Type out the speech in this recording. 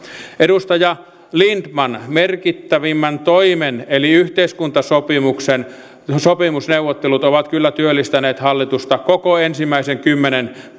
edustaja lindtman merkittävimmän toimen eli yhteiskuntasopimuksen sopimusneuvottelut ovat kyllä työllistäneet hallitusta koko ensimmäisen kymmenen